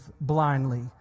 blindly